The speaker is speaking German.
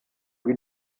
wie